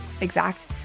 exact